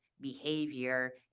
behavior